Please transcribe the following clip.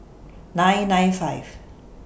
nine nine five